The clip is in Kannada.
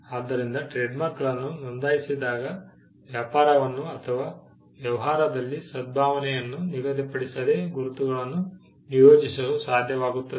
ಆದ್ದರಿಂದ ಟ್ರೇಡ್ಮಾರ್ಕ್ಗಳನ್ನು ನೋಂದಾಯಿಸಿದಾಗ ವ್ಯಾಪಾರವನ್ನು ಅಥವಾ ವ್ಯವಹಾರದಲ್ಲಿ ಸದ್ಭಾವನೆಯನ್ನು ನಿಗದಿಪಡಿಸದೆ ಗುರುತುಗಳನ್ನು ನಿಯೋಜಿಸಲು ಸಾಧ್ಯವಾಗುತ್ತದೆ